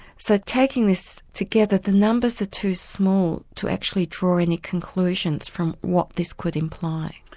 so taking this together the numbers are too small to actually draw any conclusions from what this could imply.